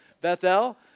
Bethel